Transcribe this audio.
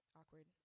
awkward